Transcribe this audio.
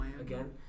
again